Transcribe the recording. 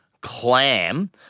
clam